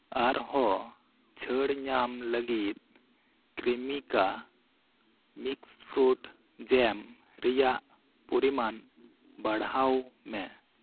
ᱟᱨᱦᱚᱸ ᱪᱷᱟᱹᱲ ᱧᱟᱢ ᱞᱟᱹᱜᱤᱫ ᱠᱨᱤᱢᱤᱠᱟ ᱢᱤᱠᱥ ᱯᱷᱨᱩᱴ ᱡᱮᱢ ᱨᱮᱭᱟᱜ ᱯᱚᱨᱤᱢᱟᱱ ᱵᱟᱲᱦᱟᱣ ᱢᱮ